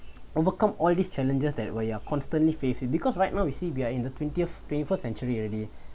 overcome all these challenges that where you are constantly facing because right now you see we are in the twentieth twenty first century already